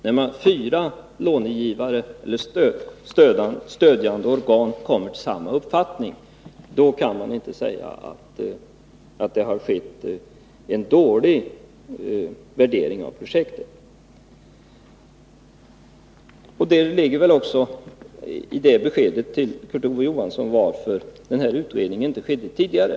När fyra stödjande organ har kommit till samma uppfattning, kan man inte säga att det har blivit en dålig värdering av projektet. Där ligger väl också förklaringen till att den här utredningen inte skedde tidigare.